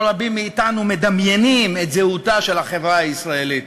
רבים מאתנו מדמיינים את זהותה של החברה הישראלית.